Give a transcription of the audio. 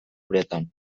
uretan